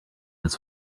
his